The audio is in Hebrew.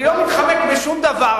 אני לא מתחמק משום דבר,